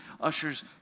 ushers